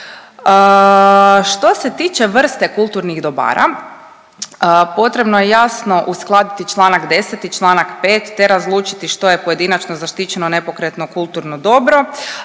Što se tiče vrste kulturnih dobara potrebno je jasno uskladiti Članak 10. i Članak 5. te razlučiti što je pojedinačno zaštićeno nepokretno kulturno dobro,